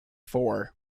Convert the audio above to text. four